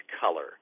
color